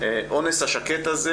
האונס השקט הזה